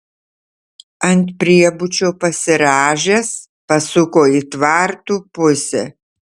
ant priebučio pasirąžęs pasuko į tvartų pusę